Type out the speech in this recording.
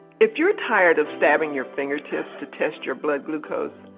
if you're tired of stabbing your fingertips to test your blood glucose,